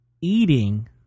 eating